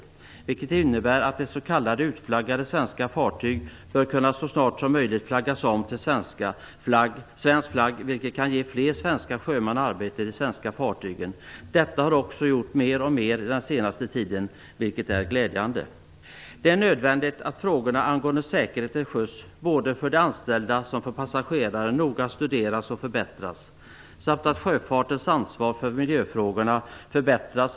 Det skulle innebära att s.k. utflaggade svenska fartyg så snart som möjligt skulle kunna flaggas om till svensk flagg, vilket kan ge fler svenska sjömän arbete på de svenska fartygen. Detta har också gjorts mer och mer den senaste tiden, vilket är glädjande. Det är nödvändigt att säkerheten till sjöss både för de anställda och för passagerare noga studeras och förbättras, samt att sjöfartens ansvar för miljöfrågorna förbättras.